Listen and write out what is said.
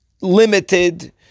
limited